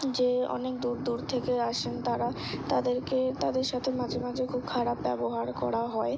যে অনেক দূর দূর থেকে আসেন তারা তাদেরকে তাদের সাথে মাঝে মাঝে খুব খারাপ ব্যবহার করা হয়